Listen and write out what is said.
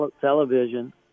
Television